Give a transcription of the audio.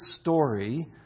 story